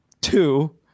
two